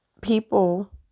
people